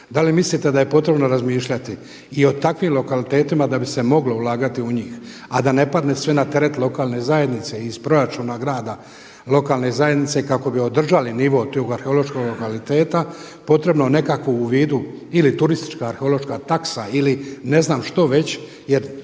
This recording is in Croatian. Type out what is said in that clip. Da li mislite da je potrebno razmišljati i o takvim lokalitetima da bi se moglo ulagati u njih a da ne padne sve na teret lokalne zajednice i iz proračuna grada, lokalne zajednice kako bi održali nivo tog arheološkog lokaliteta potrebno nekako u vidu ili turistička arheološka taksa ili ne znam što već. Jer